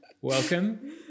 welcome